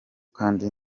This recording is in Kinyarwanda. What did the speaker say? kandi